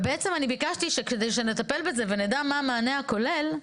ובעצם אני ביקשתי שכדי שנטפל בזה ונדע מה המענה הכולל.